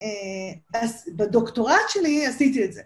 אז בדוקטורט שלי עשיתי את זה.